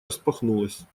распахнулась